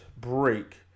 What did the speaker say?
break